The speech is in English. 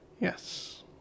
Yes